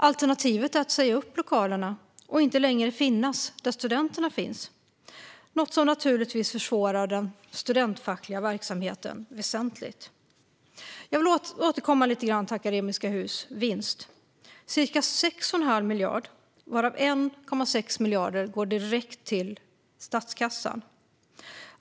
Alternativet är att säga upp lokalerna och inte längre finnas där studenterna finns, något som naturligtvis försvårar den studentfackliga verksamheten väsentligt. Jag vill återkomma lite grann till Akademiska Hus vinst. Den är ca 6 1⁄2 miljard, varav 1,6 miljarder går direkt till statskassan.